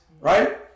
right